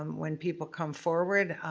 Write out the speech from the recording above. um when people come forward.